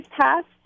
passed